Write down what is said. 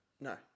No